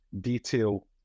detail